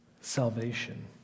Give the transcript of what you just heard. salvation